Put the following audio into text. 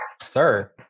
Sir